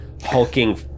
hulking